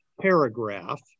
paragraph